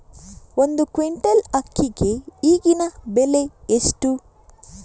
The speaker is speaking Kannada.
ಒಂದು ಕ್ವಿಂಟಾಲ್ ಅಕ್ಕಿಗೆ ಈಗಿನ ಬೆಲೆ ಎಷ್ಟು?